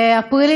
באפריל,